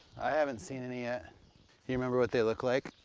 i haven't seen any yet. do you remember what they look like.